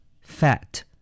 Fat